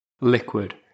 liquid